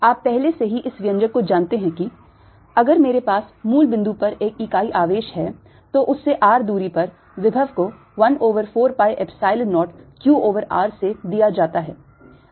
आप पहले से ही इस व्यंजक को जानते हैं कि अगर मेरे पास मूल बिन्दु पर एक इकाई आवेश है तो उससे r दूरी पर विभव को 1 over 4 pi epsilon 0 q over r से दिया जाता है